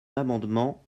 l’amendement